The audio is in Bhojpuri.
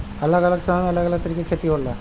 अलग अलग समय में अलग तरीके से खेती होला